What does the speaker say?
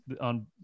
on